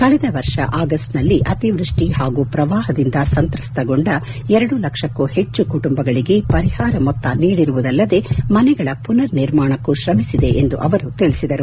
ಕಳೆದ ವರ್ಷ ಆಗಸ್ಟ್ನಲ್ಲಿ ಅತಿವೃಷ್ಟಿ ಹಾಗೂ ಪ್ರವಾಪದಿಂದ ಸಂತ್ರಸ್ತಗೊಂಡ ಎರಡು ಲಕ್ಷಕ್ಕೂ ಹೆಚ್ಚು ಕುಟುಂಬಗಳಿಗೆ ಪರಿಹಾರ ಮೊತ್ತ ನೀಡಿರುವುದಲ್ಲದೆ ಮನೆಗಳ ಮನರ್ ನಿರ್ಮಾಣಕ್ಕೂ ಶ್ರಮಿಸಿದೆ ಎಂದು ಅವರು ತಿಳಿಸಿದರು